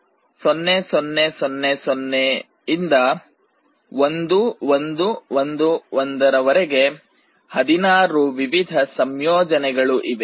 ಹಾಗಾಗಿ 0 0 0 0 ಇಂದ 1 1 1 1 ವರೆಗೆ ಹದಿನಾರು ವಿವಿಧ ಸಂಯೋಜನೆಗಳು ಇವೆ